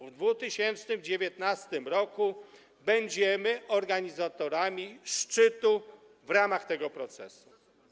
W 2019 r. będziemy organizatorami szczytu w ramach tego procesu.